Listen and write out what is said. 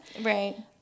right